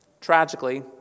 Tragically